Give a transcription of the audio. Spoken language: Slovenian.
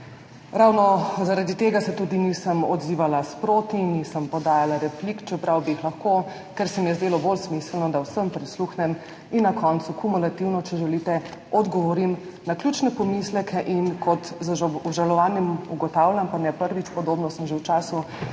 Ravno zaradi tega se tudi nisem odzivala sproti, nisem podajala replik, čeprav bi jih lahko, ker se mi je zdelo bolj smiselno, da vsem prisluhnem in na koncu kumulativno, če želite, odgovorim na ključne pomisleke. Z obžalovanjem ugotavljam, pa ne prvič, podobno sem že v času